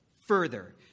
further